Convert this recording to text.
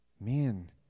man